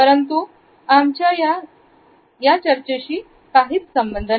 परंतु आमच्या या चर्चेशि काही संबंध नाही